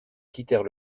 quittèrent